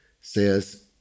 says